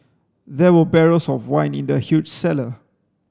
there were barrels of wine in the huge cellar